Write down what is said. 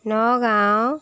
Nagaon